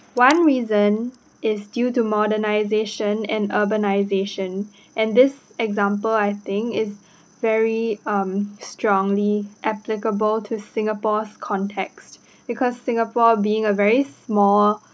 one reason is due to modernisation and urbanisation and this example I think is very um strongly applicable to singapore's contexts because singapore being a very small